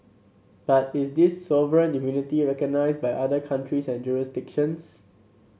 but is this sovereign immunity recognised by other countries and jurisdictions